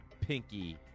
Pinky